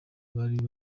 bari